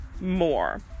more